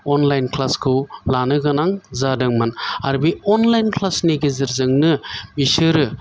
online class खौ लानो गोनां जादोंमोन आरो बि अनलाइन क्लास नि गेजेरजोंनो बिसोरो